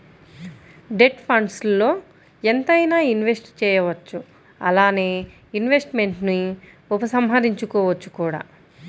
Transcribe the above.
debt ఫండ్స్ల్లో ఎంతైనా invest చేయవచ్చు అలానే ఇన్వెస్ట్మెంట్స్ను ఉపసంహరించుకోవచ్చు కూడా